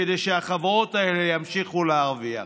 כדי שהחברות האלה ימשיכו להרוויח.